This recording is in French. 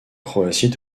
croatie